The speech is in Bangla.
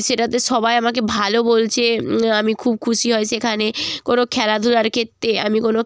সেটাতে সবাই আমাকে ভালো বলছে আমি খুব খুশি হই সেখানে কোনো খেলাধূলার ক্ষেত্রে আমি কোনো